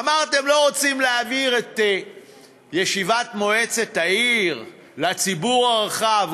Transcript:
אמרתם: לא רוצים להעביר את ישיבת מועצת העיר לציבור הרחב,